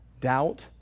doubt